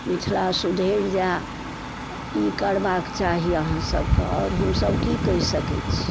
मिथिला सुधरि जाय तऽ ई करबाके चाही अहाँ सबके आओर हमसब की कहि सकैत छी